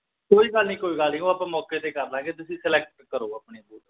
ਕੋਈ ਗੱਲ ਨਹੀਂ ਕੋਈ ਗੱਲ ਨਹੀਂ ਉਹ ਆਪਾਂ ਮੌਕੇ 'ਤੇ ਕਰ ਲਵਾਂਗੇ ਤੁਸੀਂ ਸਲੈਕਟ ਕਰੋ ਆਪਣੇ ਸੂਜ